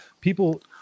people